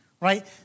Right